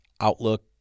outlook